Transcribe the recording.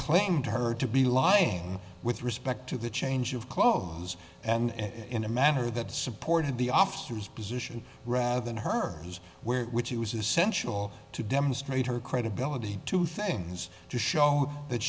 proclaimed her to be lying with respect to the change of clothes and in a manner that supported the officers position rather than her as where which it was essential to demonstrate her credibility two things to show that